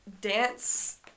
dance